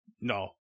no